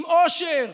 עם אושר,